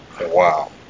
Wow